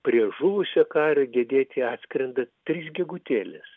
prie žuvusio kario gedėti atskrenda trys gegutėlės